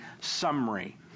summary